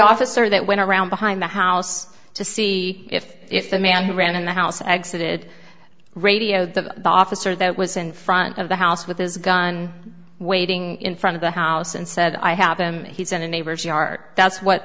officer that went around behind the house to see if if the man who ran in the house exited radioed the officer that was in front of the house with his gun waiting in front of the house and said i have them he's in a neighbor's yard that's what